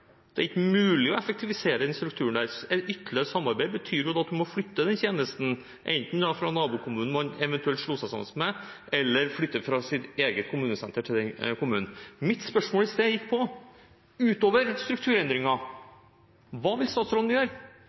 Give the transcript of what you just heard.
Det er ikke mulig å effektivisere strukturen der. Et ytterligere samarbeid betyr at man enten må flytte tjenesten fra nabokommunen man eventuelt slår seg sammen med, eller flytte den fra sitt eget kommunesenter til den kommunen. Mitt spørsmål i sted gikk på: Utover strukturendringene, hva vil statsråden gjøre?